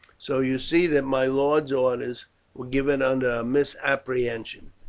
so you see that my lord's orders were given under a misapprehension,